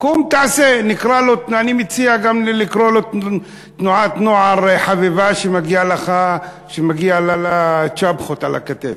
אני מציע גם לקרוא לו תנועת נוער חביבה שמגיע לה צ'פחות על הכתף.